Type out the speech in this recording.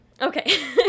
okay